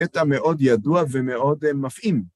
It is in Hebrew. קטע מאוד ידועה ומאוד מפעים.